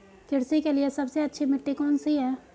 कृषि के लिए सबसे अच्छी मिट्टी कौन सी है?